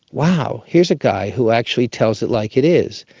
wow, here's a guy who actually tells it like it is.